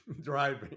driving